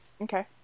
Okay